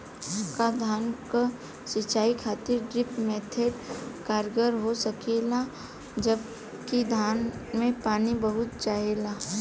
का धान क सिंचाई खातिर ड्रिप मेथड कारगर हो सकेला जबकि धान के पानी बहुत चाहेला?